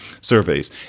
surveys